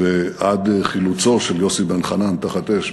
ועד חילוצו של יוסי בן-חנן תחת אש